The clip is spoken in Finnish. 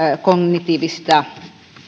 kognitiivista